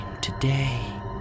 today